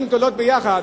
ערים גדולות יחד,